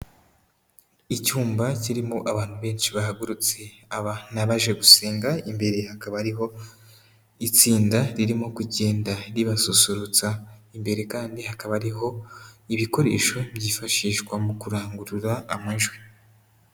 Icyumba kirimo abantu benshi bahagurutse, aba ni abaje gusenga imbere hakaba ariho itsinda ririmo kugenda ribasusurutsa, imbere kandi hakaba ariho ibikoresho byifashishwa mu kurangurura amajwi.